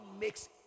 makes